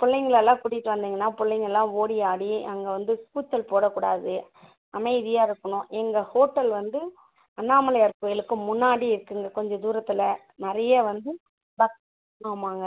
பிள்ளைங்கள் எல்லாம் கூட்டிகிட்டு வந்திங்கன்னா பிள்ளைங்கள்லாம் ஓடி ஆடி அங்கே வந்து கூச்சல் போடக் கூடாது அமைதியாக இருக்கணும் எங்கே ஹோட்டல் வந்து அண்ணாமலையார் கோயிலுக்கு முன்னாடி இருக்குங்க கொஞ்சம் தூரத்தில் நிறைய வந்து பஸ் ஆமாம்ங்க